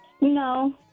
No